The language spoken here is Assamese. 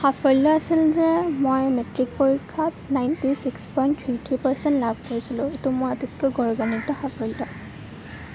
সাফল্য আছিল যে মই মেট্ৰিক পৰীক্ষাত ninety six point thirty percent লাভ কৰিছিলোঁ এইটো মোৰ আটাইতকৈ গৌৰাৱান্বিত সাফল্য